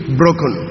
broken